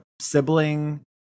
sibling